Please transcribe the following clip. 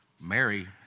Mary